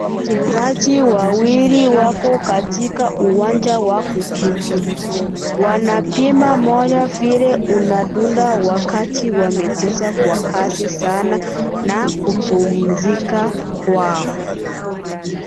Wachezaji wawili wako katika uwanja wa kukimbia. Wanapima moyo vile unadunda wakati wamecheza kwa kasi sana na kupumzika kwao.